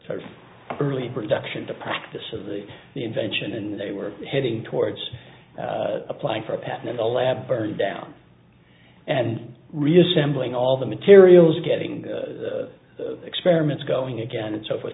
start early production to practice of the invention and they were heading towards applying for a patent in the lab burned down and reassembling all the materials getting the experiments going again and so forth